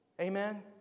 Amen